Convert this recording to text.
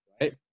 right